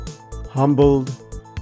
humbled